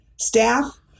staff